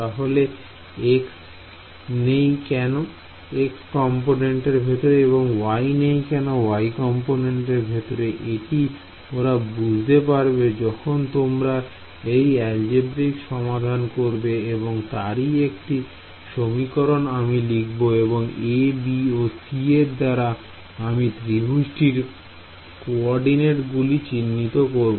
তাহলে x নেই কেন x কম্পোনেন্টের ভেতরে এবং y নেই কেন y কম্পোনেন্টের ভেতরে এটি ওরা বুঝতে পারবে যখন তোমরা এর অ্যালজেবরাইক সমাধান করবে এবং তারই একটি সমীকরণ আমি লিখব এবং a b ও c এর দ্বারা আমি ত্রিভুজটির কোঅর্ডিনেট গুলি চিহ্নিত করব